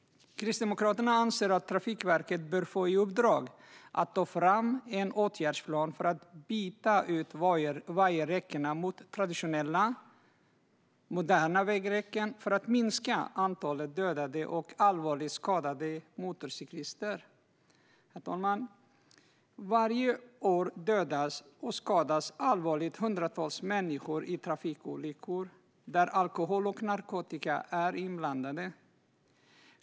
Kristdemokraterna anser att Trafikverket bör få i uppdrag att ta fram en åtgärdsplan för att byta ut vajerräckena mot traditionella men moderna vägräcken för att minska antalet dödade och allvarligt skadade motorcyklister. Herr talman! Varje år dödas eller skadas allvarligt hundratals människor i trafikolyckor där alkohol och narkotika är inblandade.